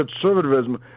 conservatism